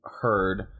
heard